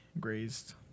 Grazed